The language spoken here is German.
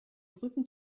rücken